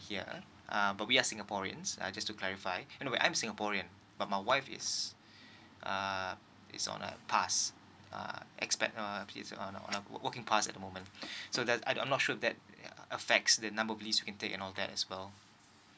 here uh but we are singaporeans uh just to clarify and no wait I am singaporean but my wife is uh it's on a pass err expat err Ps err not working pass at the moment so that I I'm not sure that uh affects the number of weeks and all that as well